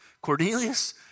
Cornelius